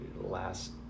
last